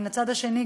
מן הצד השני,